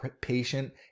patient